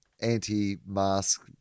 anti-mask